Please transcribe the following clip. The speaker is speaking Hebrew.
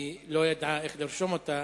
היא לא ידעה איך לרשום אותה.